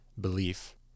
belief